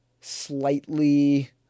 slightly